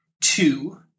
two